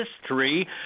history